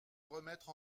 remettre